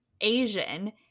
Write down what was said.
asian